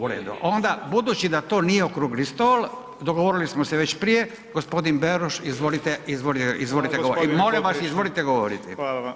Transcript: U redu, budući da to nije okrugli stol dogovorili smo se već prije, gospodin Beroš izvolite i molim vas izvolite govoriti.